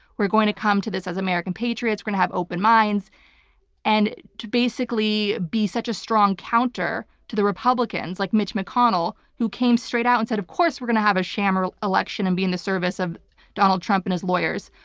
we're going to come to this as american patriots. we're going to have open minds and to basically be such a strong counter to the republicans like mitch mcconnell, who came straight out and said, of course we're going to have a sham election and be in the service of donald trump and his lawyers,